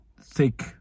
thick